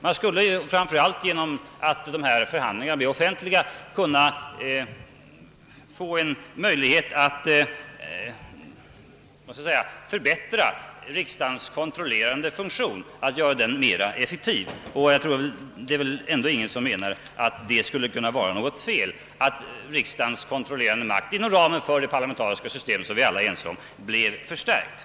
Man skulle, just genom att förhandlingarna blir offentliga, kunna förbättra riksdagens kontrollerande funktion, göra den mer effektiv. Det är väl ändå ingen som menar att det skulle vara något fel att riksdagens kontrollerande makt, inom ramen för det parlamentariska system som vi alla är ense om, blev förstärkt.